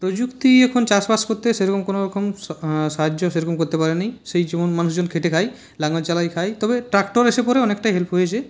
প্রযুক্তি এখন চাবাস করতে সেরকম কোনওরকম সা সাহায্য সেরকম করতে পারেনি সেই জীবন মানুষজন খেটে খাই লাঙল চালাই খাই তবে ট্রাক্টর এসে পড়ে অনেকটাই হেল্প হয়েছে